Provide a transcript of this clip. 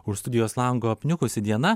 už studijos lango apniukusi diena